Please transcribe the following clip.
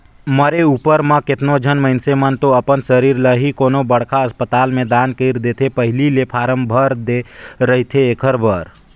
मरे उपर म केतनो झन मइनसे मन तो अपन सरीर ल ही कोनो बड़खा असपताल में दान कइर देथे पहिली ले फारम भर दे रहिथे एखर बर